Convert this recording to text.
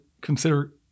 consider